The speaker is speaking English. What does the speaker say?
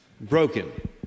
broken